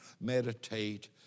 meditate